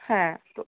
হ্যাঁ তো